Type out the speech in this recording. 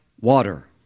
water